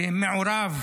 שמעורב